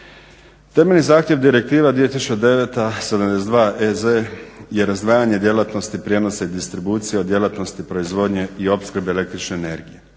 Temeljni zahtjev direktiva 2009/72 EZ je razdvajanje djelatnosti prijenosa i distribucije od djelatnosti proizvodnje i opskrbe električne energije,